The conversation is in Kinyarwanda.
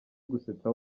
gusetsa